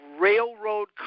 railroad